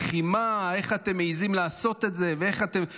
איך אתם מעיזים לעשות את זה בזמן לחימה?